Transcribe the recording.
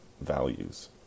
values